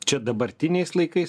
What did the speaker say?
čia dabartiniais laikais